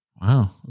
Wow